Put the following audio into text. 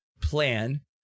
plan